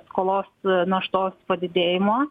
skolos naštos padidėjimo